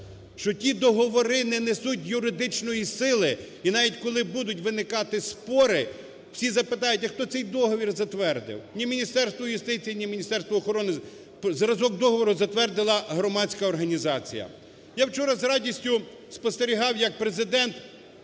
Що ті договори не несуть юридичної сили! І навіть коли будуть виникати спори, запитають: "А хто цей договір затвердив?" Ні Міністерство юстиції, ні Міністерство охорони… Зразок договору затвердила громадська організація. Я вчора з радістю спостерігав як Президент